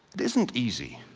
it isn't easy.